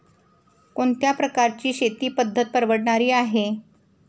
कोणत्या प्रकारची शेती पद्धत परवडणारी आहे?